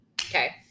Okay